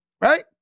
Right